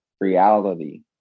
reality